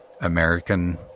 American